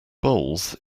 bowls